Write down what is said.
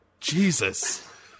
Jesus